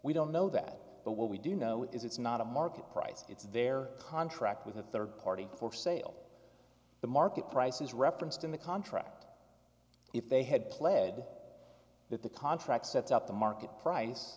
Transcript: we don't know that but what we do know is it's not a market price it's their contract with a third party for sale the market price is referenced in the contract if they had pled that the contract sets up the market price